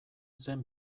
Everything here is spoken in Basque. zen